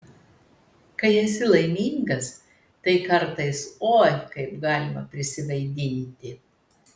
kai esi laimingas tai kartais oi kaip galima prisivaidinti